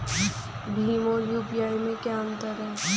भीम और यू.पी.आई में क्या अंतर है?